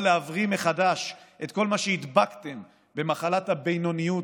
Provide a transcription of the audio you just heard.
להבריא מחדש את כל מה שהדבקתם במחלת הבינוניות